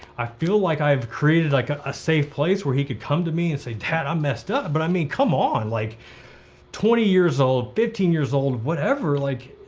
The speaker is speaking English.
i feel like i've created like ah a safe place where he could come to me and say, dad, i messed up, but i mean, come on, like twenty years old, fifteen years old, whatever. like,